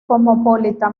cosmopolita